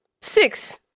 six